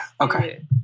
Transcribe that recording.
Okay